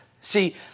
See